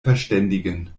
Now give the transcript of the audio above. verständigen